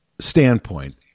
standpoint